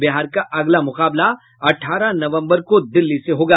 बिहार का अगला मुकाबला अठारह नवम्बर को दिल्ली से होगा